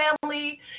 family